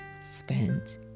spent